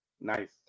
Nice